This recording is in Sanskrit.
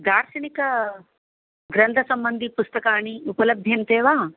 दार्शनिकग्रन्थसम्बन्धिपुस्तकानि उपलभ्यन्ते वा